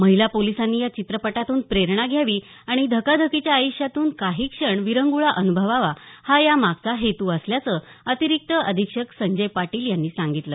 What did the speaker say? महिला पोलिसांनी या चित्रपटातून प्रेरणा घ्यावी आणि धकाधकीच्या आय़ष्यातून काही क्षण विरंगुळा अनुभवावा हा या मागचा हेतु असल्याचं अतिरिक्त अधीक्षक संजय पाटील यांनी सांगितलं